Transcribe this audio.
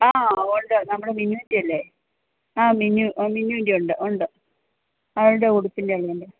ആ ഉണ്ട് നമ്മടെ മിന്നുവിന്റെ അല്ലേ ആ മിന്നു മിന്നുന്റെ ഉണ്ട് ഉണ്ട് അവളുടെ ഉടുപ്പിന്റെ എങ്ങാണ്ട്